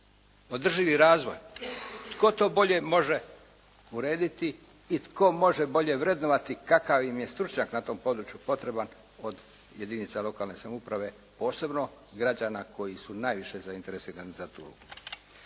održivi razvoj. Tko to bolje može urediti i tko može bolje vrednovati kakav im je stručnjak na tom području potreban od jedinica lokalne samouprave, posebno građana koji su najviše zainteresirani za tu ulogu.